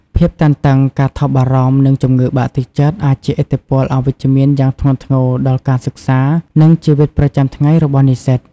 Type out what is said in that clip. ភាពតានតឹង ការថប់បារម្ភ និងជំងឺបាក់ទឹកចិត្តអាចជះឥទ្ធិពលអវិជ្ជមានយ៉ាងធ្ងន់ធ្ងរដល់ការសិក្សា និងជីវិតប្រចាំថ្ងៃរបស់និស្សិត។